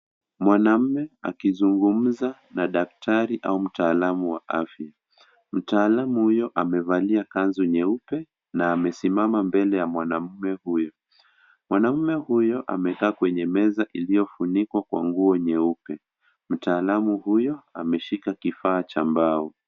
Mwanamme akizungumza na daktari au mtaalamu wa afya. Mtaalamu huyo amevalia kanzu nyeupe na amesimama mbele ya mwanamume huyo. Mwanamume huyo amekaa kwenye meza iliyofunikwa kwa nguo nyeupe. Mtaalamu huyo ameshika kifaa cha mbao.